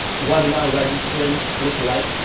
webinar registrants, lookalike.